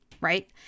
right